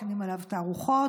מכינים עליו תערוכות.